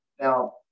Now